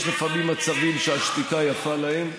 יש לפעמים מצבים שהשתיקה יפה להם.